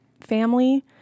family